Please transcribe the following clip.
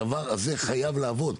הדבר הזה חייב לעבוד.